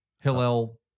Hillel